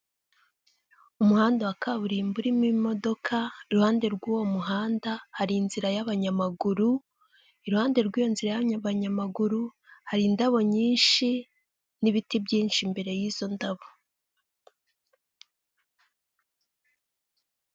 Umuhanda wa kaburimbo urimo imodoka, iruhande rw'uwo muhanda hari inzira y'abanyamaguru, iruhande rw'iyo nzira y'abanyamaguru hari indabo nyinshi n'ibiti byinshi imbere y'izo ndabo.